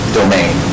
domain